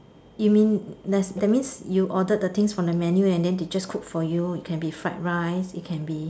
you mean let's that means you order the things from the menu and then they just cook for you it can be fried rice it can be